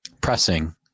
pressing